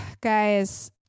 Guys